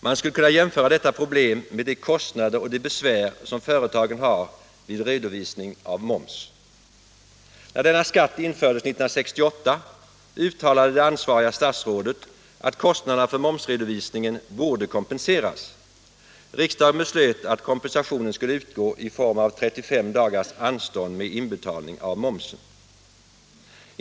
Man skulle kunna jämföra detta problem med de kostnader och det besvär som företagen har vid redovisning av moms. När denna skatt infördes 1968 uttalade det ansvariga statsrådet att kostnaderna för momsredovisningen borde kompenseras. Riksdagen beslöt att kompensationen skulle utgå i form av 35 dagars anstånd med inbetalningen av momsen.